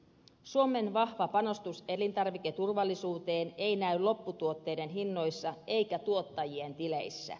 suomen vahva panostus elintarviketurvallisuuteen ei näy lopputuotteiden hinnoissa eikä tuottajien tileissä